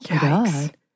God